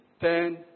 ten